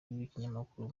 w’ikinyamakuru